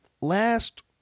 last